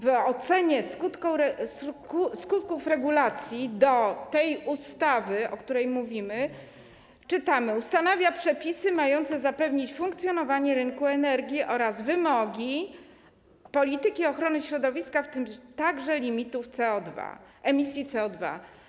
W ocenie skutków regulacji do tej ustawy, o której mówimy, czytamy: ustanawia przepisy mające zapewnić funkcjonowanie rynku energii oraz wymogi polityki ochrony środowiska, w tym także limitów emisji CO2.